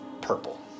purple